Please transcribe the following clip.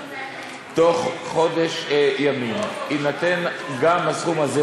בתוך חודש ימים יינתן גם הסכום הזה,